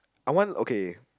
I want okay